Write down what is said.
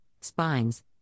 spines